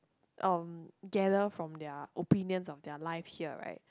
um gather from their opinions of their life here right